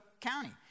County